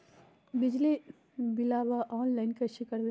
बिजली बिलाबा ऑनलाइन कैसे करबै?